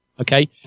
Okay